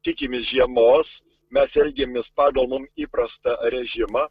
tikimės žiemos mes elgiamės pagal mum įprastą režimą